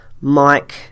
Mike